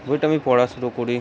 বইটা আমি পড়া শুরু করি